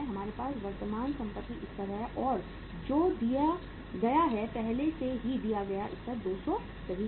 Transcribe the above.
हमारे पास वर्तमान संपत्ति स्तर है और जो दिया गया है पहले से ही दिया गया स्तर 200 सही है